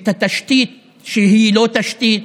את התשתית שהיא לא תשתית